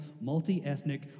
multi-ethnic